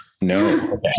No